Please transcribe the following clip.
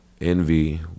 Envy